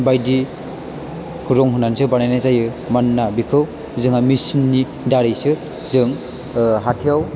बायदि रं होनानैसो बानायनाय जायो मानोना बेखौ जोंहा मेसिननि दारैसो जों हाथाइयाव